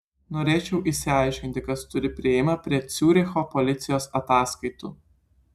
norėčiau išsiaiškinti kas turi priėjimą prie ciuricho policijos ataskaitų